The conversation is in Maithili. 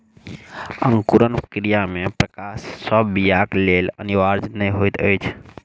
अंकुरण क्रिया मे प्रकाश सभ बीयाक लेल अनिवार्य नै होइत अछि